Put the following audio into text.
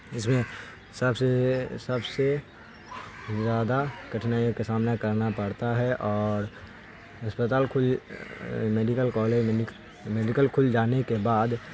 اس میں سب سے سب سے زیادہ کٹھنائیوں کا سامنا کرنا پڑتا ہے اور اسپتال کھل میڈیکل کالج میڈیکل کھل جانے کے بعد